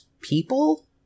people